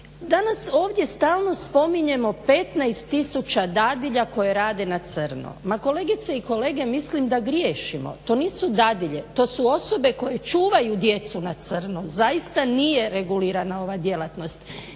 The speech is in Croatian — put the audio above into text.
Danas ovdje stalno spominjemo 15 tisuća dadilja koje rade na crno. Ma kolegice i kolege mislim da griješimo. To nisu dadilje, to su osobe koje čuvaju djecu na crno, zaista nije regulirana ova djelatnost.